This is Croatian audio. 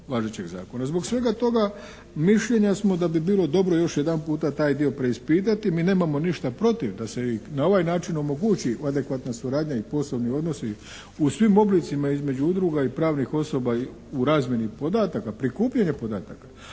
Zbog svega toga mišljenja smo da bi bilo dobro još jedanputa taj dio preispitati. Mi nemamo ništa protiv da se i na ovaj način omogući adekvatna suradnja i poslovni odnosi u svim oblicima između udruga i pravnih osoba u razmjeni podataka, prikupljanja podataka,